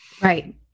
Right